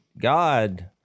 God